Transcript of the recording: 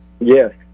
Yes